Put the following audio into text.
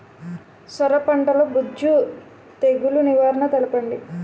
సొర పంటలో బూజు తెగులు నివారణ తెలపండి?